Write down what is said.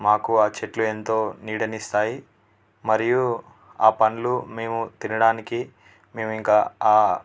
మాకు ఆ చెట్లు ఎంతో నీడను ఇస్తాయి మరియు ఆ పళ్ళు మేము తినడానికి మేము ఇంకా ఆ